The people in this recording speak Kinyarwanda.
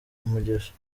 umugisha